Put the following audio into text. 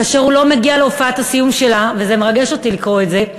כאשר הוא לא מגיע להופעת הסיום שלה" וזה מרגש אותי לקרוא את זה,